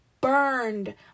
burned